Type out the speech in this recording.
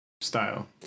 style